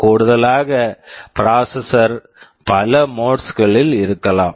கூடுதலாக processor processor பல modes modes களில் இருக்கலாம்